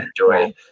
enjoy